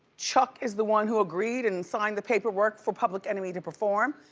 chuck is the one who agreed and signed the paperwork for public enemy to perform.